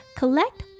collect